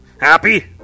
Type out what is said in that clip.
Happy